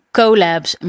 collabs